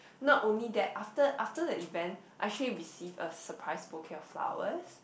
not only that after after the event I actually receive a surprise bouquet of flowers